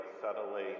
subtly